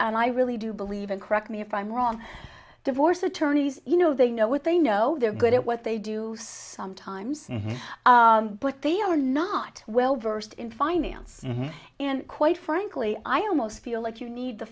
and i really do believe in correct me if i'm wrong divorce attorneys you know they know what they know they're good at what they do sometimes but they are not well versed in finance and quite frankly i almost feel like you need the